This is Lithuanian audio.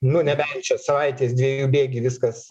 nu nebent čia savaitės dviejų bėgy viskas